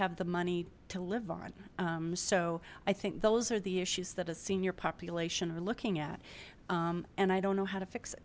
have the money to live on so i think those are the issues that have senior population or looking at and i don't know how to fix it